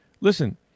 listen